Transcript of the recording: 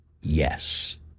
Yes